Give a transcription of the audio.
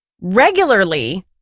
regularly